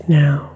now